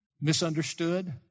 misunderstood